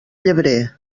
llebrer